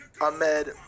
Ahmed